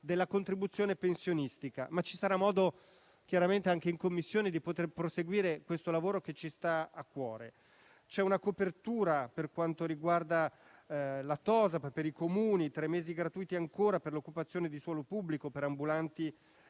della contribuzione pensionistica. Ci sarà modo anche in Commissione di proseguire questo lavoro che ci sta a cuore. C'è una copertura per quanto riguarda la TOSAP per i Comuni: ancora tre mesi gratuiti per l'occupazione di suolo pubblico per ambulanti